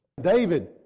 David